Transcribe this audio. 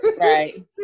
Right